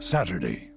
Saturday